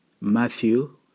Matthew